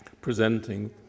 presenting